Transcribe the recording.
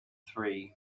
three